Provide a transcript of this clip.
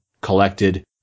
collected